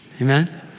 Amen